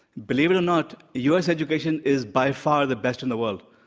believe it or not, u. s. education is by far the best in the world.